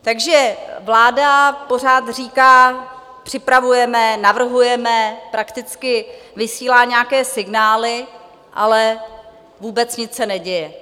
Takže vláda pořád říká: Připravujeme, navrhujeme, prakticky vysílá nějaké signály, ale vůbec nic se neděje.